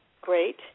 Great